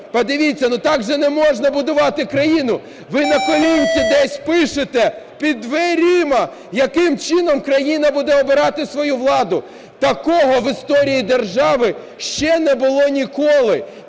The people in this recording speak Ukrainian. подивіться, ну, так же не можна будувати країну, ви на колінці десь пишете, під дверима, яким чином країна буде обирати свою владу. Такого в історії держави ще не було ніколи.